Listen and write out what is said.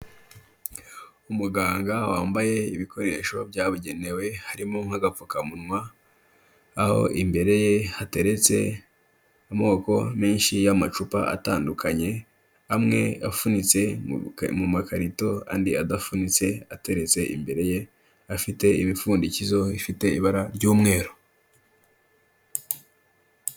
Umuganga wambaye ibikoresho byabugenewe harimo nk'agapfukamunwa, aho imbere ye hateretse amoko menshi y'amacupa atandukanye. Amwe apfunitse mu makarito andi adafunitse ateretse imbere ye afite ibipfundikizo ifite ibara ry'umweru.